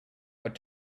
what